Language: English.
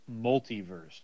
multiverse